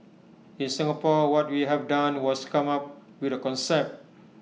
in Singapore what we have done was come up with A concept